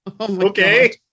Okay